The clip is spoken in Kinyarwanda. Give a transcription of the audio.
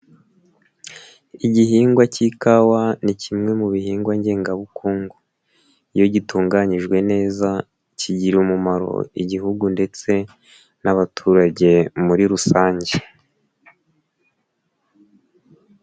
Igihingwa cy'ikawa ni kimwe mu bihingwa ngengabukungu. Iyo gitunganyijwe neza, kigirira umumaro igihugu ndetse n'abaturage muri rusange.